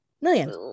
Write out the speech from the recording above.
Million